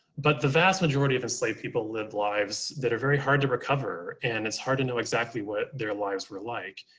but the vast majority of enslaved people lived lives that are very hard to recover. and it's hard to know exactly what their lives were like.